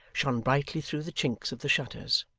shone brightly through the chinks of the shutters.